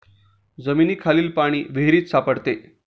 जमिनीखालील पाणी विहिरीत सापडते